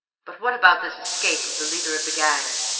but what about this escape of the leader of the gang,